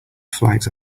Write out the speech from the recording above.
flags